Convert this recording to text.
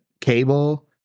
cable